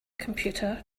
computer